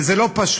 וזה לא פשוט.